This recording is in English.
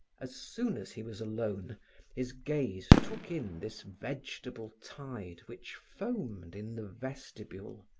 as soon as he was alone his gaze took in this vegetable tide which foamed in the vestibule.